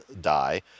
die